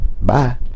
Bye